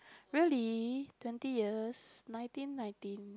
really twenty years nineteen nineteen